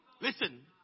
Listen